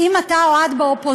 אם אתה או את באופוזיציה,